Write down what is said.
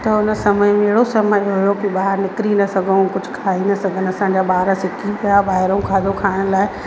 त उन समय में हेड़ो समय हुयो कि ॿाहर निकिरी न सघूं कुझु खाई पी न सघंदा असांजा ॿार सिकी पिया ॿाहिरों खाइण लाइ